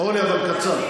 אורלי, אבל קצר.